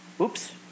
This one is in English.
oops